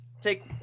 take